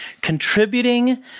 contributing